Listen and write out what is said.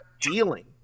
dealing